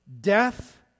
death